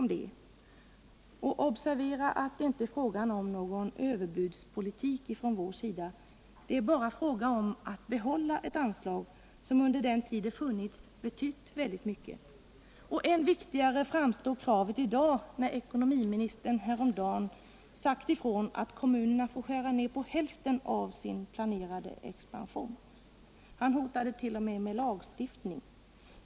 Och observera att det inte är fråga om någon överbudspolitik från vår sida. Det är bara fråga om att behålla ett anslag som under den tid det funnits betytt väldigt mycket. Än viktigare framstår kravet i dag när ekonomiministern häromdagen sagt ifrån att kommunerna får skära ned hälften av sin planerade expansion. Han hotade t.o.m. med lagstiftning.